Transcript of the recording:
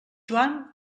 joan